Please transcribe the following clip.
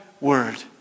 word